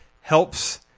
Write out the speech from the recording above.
helps